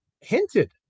hinted